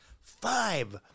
five